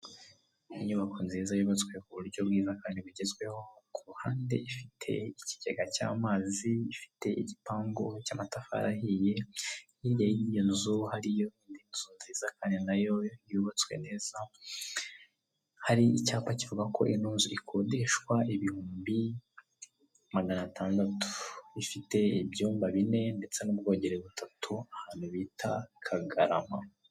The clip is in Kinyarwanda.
Inyubako nziza yubatswe ku buryo bwiza kandi bugezweho ku ruhande ifite ikigega cy'amazi, ifite igipangu cy'amatafari ahiye yazu hariyo indi nzu nziza kandi nayo yubatswe neza hari icyapa kivuga ko inuzu ikodeshwa ibihumbi maganatandatu ifite ibyumba bine ndetse n'ubwongere butatu ahantu bita kagarama.